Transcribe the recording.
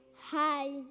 hi